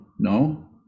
no